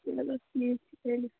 چلو ٹھیٖک چھُ تیٚلہِ